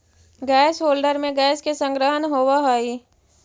gas holder में gas के संग्रहण होवऽ हई